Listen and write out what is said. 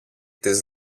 της